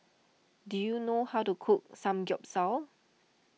do you know how to cook Samgyeopsal